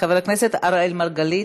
חבר הכנסת אראל מרגלית,